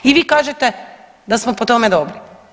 I vi kažete da smo po tome dobri?